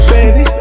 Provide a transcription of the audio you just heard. Baby